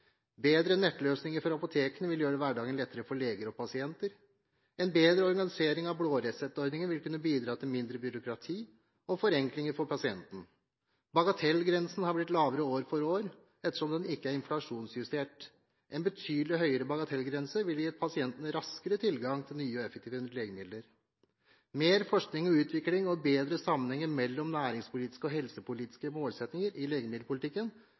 Bedre nettløsninger for apotekene vil gjøre hverdagen lettere for leger og pasienter. En bedre organisering av blåreseptordningen vil kunne bidra til mindre byråkrati, og forenklinger for pasienten. Bagatellgrensen har blitt lavere år for år, ettersom den ikke er inflasjonsjustert. En betydelig høyere bagatellgrense ville gitt pasientene raskere tilgang til nye og effektive legemidler. Mer forskning og utvikling og bedre sammenhenger mellom næringspolitiske og helsepolitiske målsettinger i legemiddelpolitikken